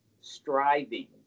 striving